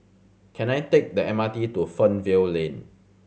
can I take the M R T to Fernvale Lane